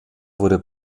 wurde